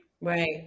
right